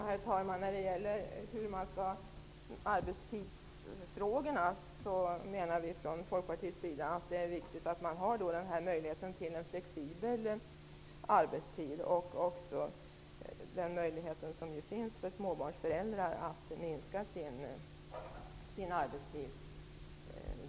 Herr talman! Vi i Folkpartiet menar att det är viktigt att man har möjlighet till en flexibel arbetstid och också den möjlighet som ju finns för småbarnsföräldrar att minska sin arbetstid.